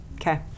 Okay